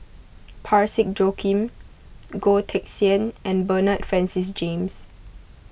Parsick Joaquim Goh Teck Sian and Bernard Francis James